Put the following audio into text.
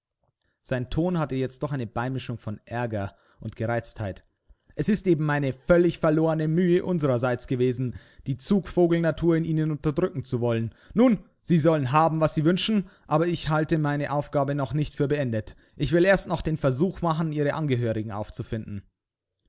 sein ton hatte jetzt doch eine beimischung von aerger und gereiztheit es ist eben eine völlig verlorene mühe unsererseits gewesen die zugvogelnatur in ihnen unterdrücken zu wollen nun sie sollen haben was sie wünschen aber ich halte meine aufgabe noch nicht für beendet ich will erst noch den versuch machen ihre angehörigen aufzufinden